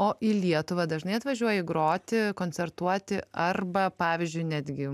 o į lietuvą dažnai atvažiuoji groti koncertuoti arba pavyzdžiui netgi